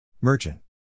Merchant